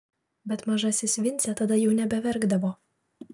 bet mažasis vincė tada jau nebeverkdavo